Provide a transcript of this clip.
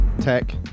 tech